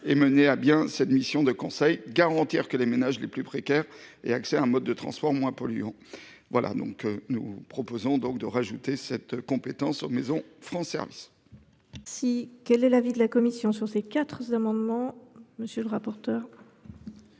mener à bien cette mission de conseil, afin de garantir que les ménages les plus précaires aient accès à un mode de transport moins polluant. Nous proposons donc d’ajouter cette compétence aux maisons France Services. Quel est l’avis de la commission ? L’avis sera identique sur ces quatre